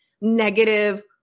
negative